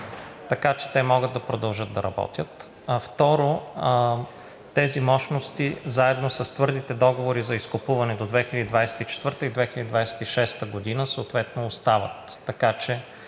така че те могат да продължат да работят. Второ, тези мощности, заедно с твърдите договори за изкупуване до 2024 г. и 2026 г. съответно остават,